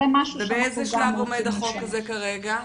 ובאיזה שלב עומד החוק הזה כרגע?